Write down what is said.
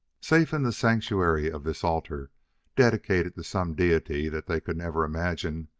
safe in the sanctuary of this altar dedicated to some deity that they could never imagine,